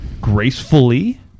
gracefully